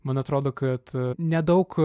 man atrodo kad nedaug